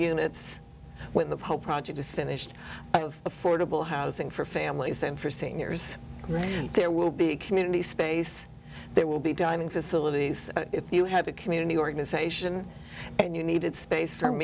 units when the whole project is finished of affordable housing for families and for seniors there will be community space there will be dining facilities if you have a community organization and you needed space f